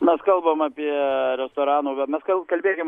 mes kalbam apie restoranų va mes kalbėkim